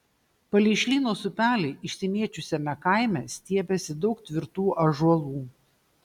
palei šlynos upelį išsimėčiusiame kaime stiebėsi daug tvirtų ąžuolų